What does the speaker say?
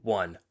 one